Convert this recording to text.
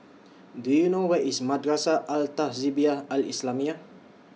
Do YOU know Where IS Madrasah Al Tahzibiah Al Islamiah